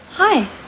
Hi